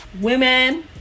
women